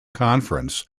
conference